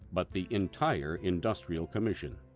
but the entire industrial commission.